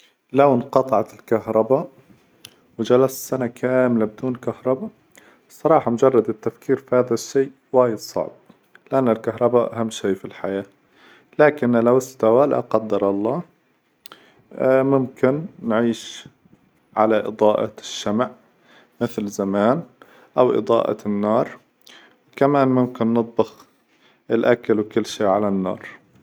لو انقطعت الكهربا وجلست سنة كاملة بدون كهربا، صراحة مجرد التفكير في هذا الشي وايد صعب، لأن الكهربا أهم شي في الحياة، لكنه لو استوى لا قدر الله ممكن نعيش على إظاءة الشمع مثل زمان أو إظاءة النار، وكما ممكن نطبخ الأكل وكل شي على النار.